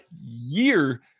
year